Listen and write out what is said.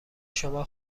شما